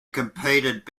competed